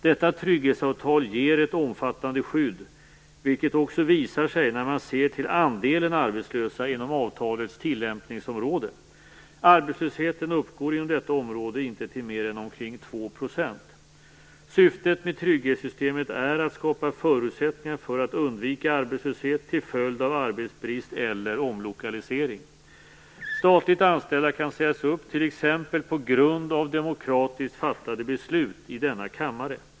Detta trygghetsavtal ger ett omfattande skydd, vilket också visar sig när man ser till andelen arbetslösa inom avtalets tillämpningsområde. Arbetslösheten uppgår inom detta område inte till mer än omkring 2 %. Syftet med trygghetssystemet är att skapa förutsättningar för att undvika arbetslöshet till följd av arbetsbrist eller omlokalisering. Statligt anställda kan sägas upp, t.ex. på grund av demokratiskt fattade beslut i denna kammare.